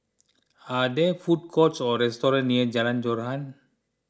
are there food courts or restaurants near Jalan Joran